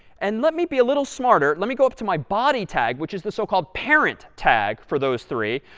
and let me be a little smarter. let me go up to my body tag, which is the so-called parent tag, for those three,